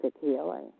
healing